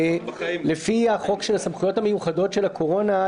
לפי החוק של הסמכויות המיוחדות של הקורונה,